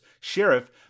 Sheriff